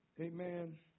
amen